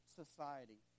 society